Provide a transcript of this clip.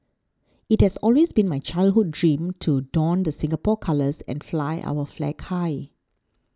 it has always been my childhood dream to don the Singapore colours and fly our flag high